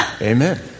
Amen